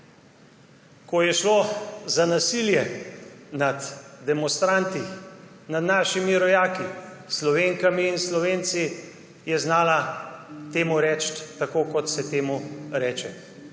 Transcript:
Ko je šlo za nasilje nad demonstranti, nad našimi rojaki Slovenkami in Slovenci, je znala temu reče tako, kot se temu reče.